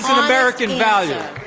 american value?